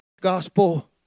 gospel